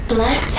Black